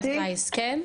שלום.